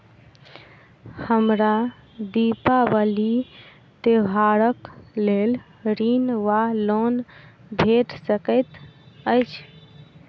हमरा दिपावली त्योहारक लेल ऋण वा लोन भेट सकैत अछि?